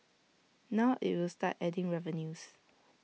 now IT will start adding revenues